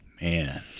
Man